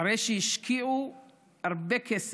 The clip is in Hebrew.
אחרי שהשקיעו הרבה כסף,